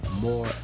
more